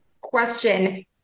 question